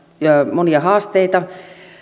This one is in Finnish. monia haasteita ja